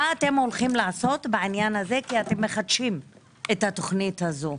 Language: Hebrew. מה אתם הולכים לעשות בעניין הזה כשאתם מחדשים את התכנית הזאת.